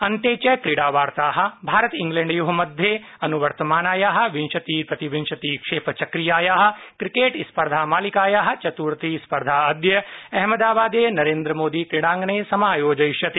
अन्ते च क्रीडा वार्ता भारत इंग्लैण्डयो मध्ये अनुवर्तमानाया विंशति प्रतिविंशति क्षेपचक्रीयाया क्रिकेट स्पर्धा मालिकाया चत्थी स्पर्धा अद्य अहमदाबादे नरेन्द्रमोदी क्रीडांगणे समायोजयिष्यते